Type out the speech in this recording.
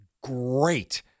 great